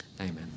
Amen